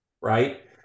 right